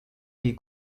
iyi